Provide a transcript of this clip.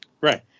Right